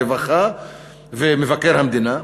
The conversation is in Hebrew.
שר הרווחה ומבקר המדינה.